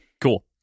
Cool